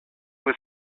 was